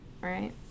right